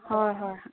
ꯍꯣꯏ ꯍꯣꯏ